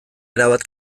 erabat